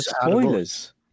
spoilers